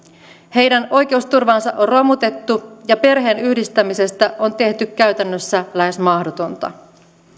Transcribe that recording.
heidän oi keusturvaansa on romutettu ja perheenyhdistämisestä on tehty käytännössä lähes mahdotonta